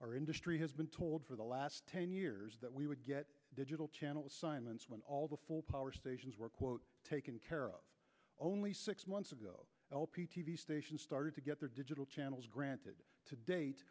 our industry has been told for the last ten years that we would get digital channel assignments when all the full power stations were quote taken care of only six months ago lp t v stations started to get their digital channels granted to date